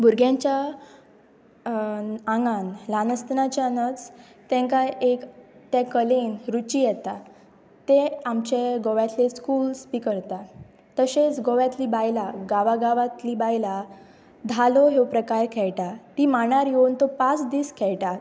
भुरग्यांच्या आंगान ल्हान आसतनाच्यानच तांकां एक ते कलेन रुची येता ते आमचे गोव्यातले स्कुल्स बी करता तशेंच गोव्यातली बायलां गांवा गांवांतली बायलां धालो ह्यो प्रकार खेळटा ती मांडार येवन तो पांच दीस खेळटात